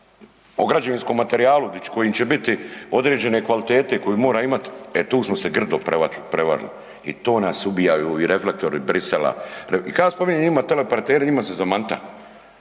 o građevinskom materijalu koji će biti određene kvalitete koju mora imati, e tu smo se grdo prevarili i to nas ubija ovi reflektori Bruxellesa i tad ja spominjem teleoperatere, njima se zamanta.